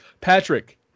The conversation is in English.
Patrick